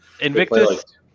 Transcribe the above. Invictus